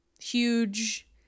huge